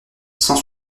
cent